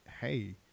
hey